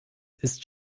ist